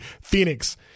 Phoenix